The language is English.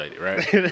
right